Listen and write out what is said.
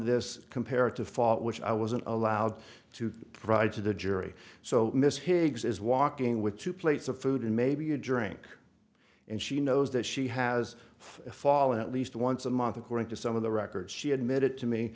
this comparative fault which i wasn't allowed to provide to the jury so miss higgs is walking with two plates of food and maybe a drink and she knows that she has a fall at least once a month according to some of the records she admitted to me